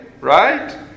right